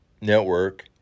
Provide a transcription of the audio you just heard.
Network